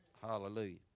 Hallelujah